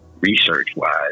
research-wise